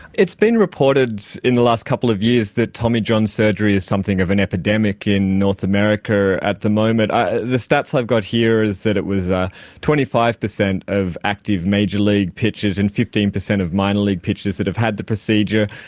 it's been reported in the last couple of years that tommy john surgery is something of an epidemic in north america at the moment. the stats i've got here it is that it was twenty five percent of active major league pitchers and fifteen percent of minor league pitchers that have had the procedure.